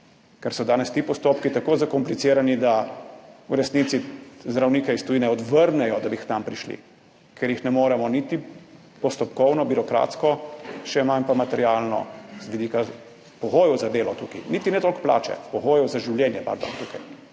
ker so danes ti postopki tako zakomplicirani, da v resnici zdravnike iz tujine odvrnejo, da bi k nam prišli, ker jih ne moremo niti postopkovno, birokratsko, še manj pa materialno, z vidika pogojev za delo tukaj, niti ne toliko plače, pogojev za življenje, tukaj